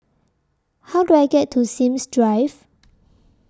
How Do I get to Sims Drive